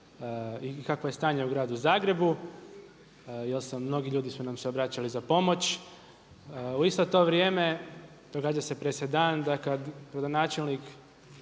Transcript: i kakvo je stanje u gradu Zagrebu jer su mnogi ljudi nam se obraćali za pomoć. U isto to vrijeme događa se presedan da kad gradonačelnik